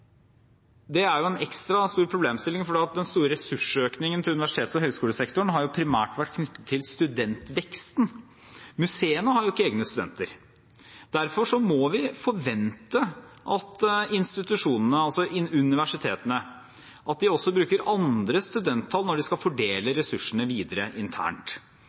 Det er jo en ekstra stor problemstilling, for den store ressursøkningen til universitets- og høyskolesektoren har primært vært knyttet til studentveksten. Museene har jo ikke egne studenter. Derfor må vi forvente at institusjonene, altså universitetene, også bruker andre studenttall når de skal fordele ressursene videre internt.